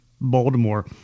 Baltimore